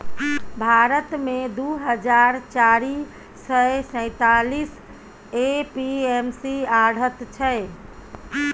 भारत मे दु हजार चारि सय सैंतालीस ए.पी.एम.सी आढ़त छै